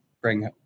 bring